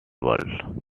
world